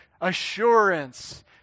assurance